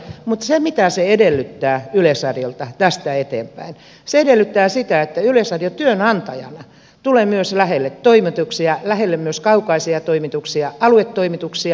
mutta se mitä se edellyttää yleisradiolta tästä eteenpäin on se että yleisradio työnantajana tulee myös lähelle toimituksia lähelle myös kaukaisia toimituksia aluetoimituksia